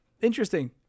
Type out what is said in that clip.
Interesting